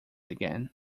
again